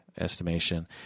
estimation